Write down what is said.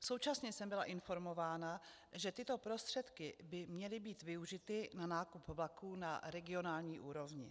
Současně jsem byla informována, že tyto prostředky by měly být využity na nákup vlaků na regionální úrovni.